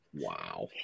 Wow